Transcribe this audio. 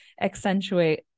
accentuate